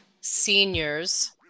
seniors